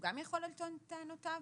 הוא גם יכול לטעון את טענותיו?